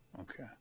Okay